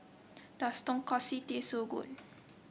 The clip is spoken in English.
does Tonkatsu taste so good